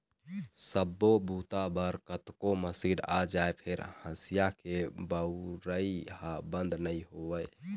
सब्बो बूता बर कतको मसीन आ जाए फेर हँसिया के बउरइ ह बंद नइ होवय